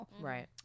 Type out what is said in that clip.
Right